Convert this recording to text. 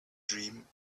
dream